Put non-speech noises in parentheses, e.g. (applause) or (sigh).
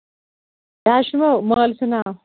یہِ ہا چھُ (unintelligible) مٲلۍ سٔندۍ ناوٕ